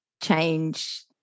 change